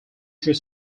future